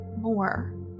more